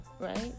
right